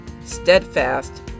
steadfast